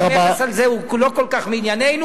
המכס על זה הוא לא כל כך מענייננו.